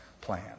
plan